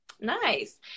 Nice